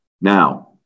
Now